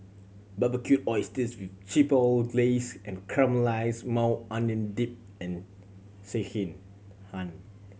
Barbecued Oysters with Chipotle Glaze and Caramelized Maui Onion Dip and Sekihan